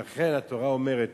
ולכן התורה אומרת